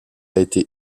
été